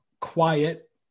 quiet